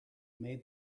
made